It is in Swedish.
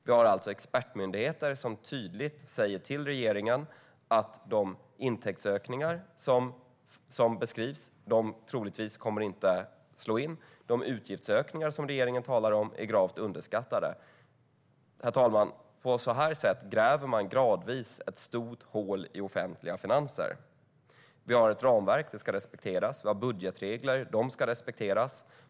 Vi har alltså expertmyndigheter som tydligt säger till regeringen att de intäktsökningar som beskrivs troligen inte kommer att slå in och att de utgiftsökningar som regeringen talar om är gravt underskattade. Herr talman! På detta sätt gräver man gradvis ett stort hål i offentliga finanser. Vi har ramverk och budgetregler som ska respekteras.